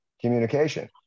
communication